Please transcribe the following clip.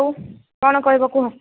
ହଉ କ'ଣ କହିବ କୁହ